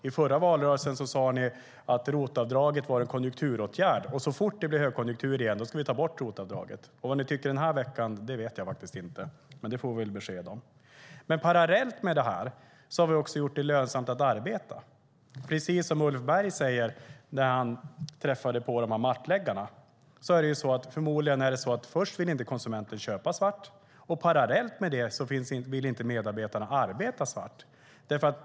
I förra valrörelsen sade ni att ROT-avdraget var en konjunkturåtgärd, och så fort det blev högkonjunktur igen skulle ROT-avdraget tas bort. Vad ni tycker den här veckan vet jag inte, men det får vi väl besked om. Parallellt med detta har vi gjort det lönsamt att arbeta. Precis som Ulf Berg säger om mattläggarna, är det förmodligen så att konsumenten inte vill köpa svart, och parallellt vill inte medarbetarna arbeta svart.